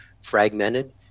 fragmented